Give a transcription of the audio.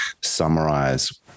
summarize